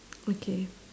okay